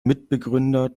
mitgründer